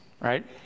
right